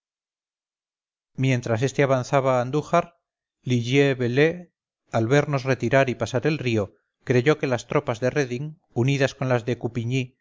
mientras este avanzaba a andújar ligier belair al vernos retirar y pasar el río creyó que las tropas de reding unidas con las de